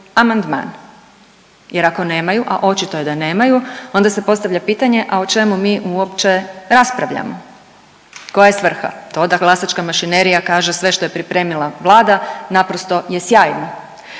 amandman. Jer ako nemaju, a očito je da nemaju onda se postavlja pitanje a o čemu mi uopće raspravljamo, koja je svrha? To da glasačka mašinerija kaže sve što je pripremila Vlada naprosto je sjajno.